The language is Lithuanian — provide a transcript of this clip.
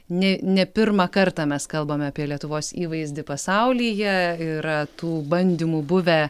ne ne pirmą kartą mes kalbame apie lietuvos įvaizdį pasaulyje yra tų bandymų buvę